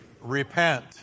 Repent